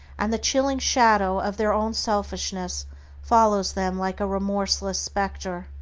and the chilling shadow of their own selfishness follows them like a remorseless specter.